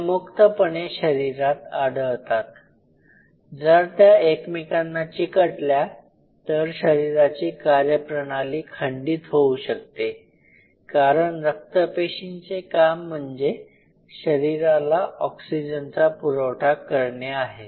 त्या मुक्तपणे शरीरात आढळतात जर त्या एकमेकांना चिकटल्या तर शरीराची कार्यप्रणाली खंडित होऊ शकते कारण रक्तपेशींचे काम म्हणजे शरीराला ऑक्सिजनचा पुरवठा करणे आहे